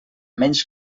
menys